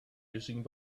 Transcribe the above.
using